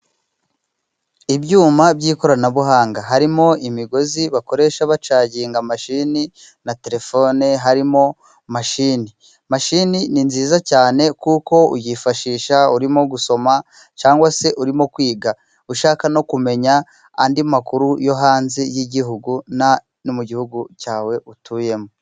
Ibyuma by'ikoranabuhanga harimo imigozi bakoresha bacagina mashini na telefone harimo mashini. Mashini ni nziza cyane kuko uyifashisha urimo gusoma cyangwa se urimo kwiga, ushaka no kumenya andi makuru yo hanze y'igihugu no mu gihugu cyawe utuyemo.